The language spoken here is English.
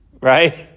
right